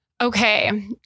Okay